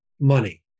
money